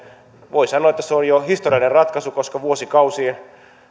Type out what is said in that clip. voi sanoa että se on jo historiallinen ratkaisu koska vuosikausiin